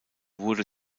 wurde